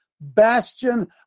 bastion